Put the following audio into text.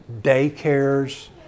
daycares